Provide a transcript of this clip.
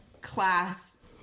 class